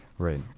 right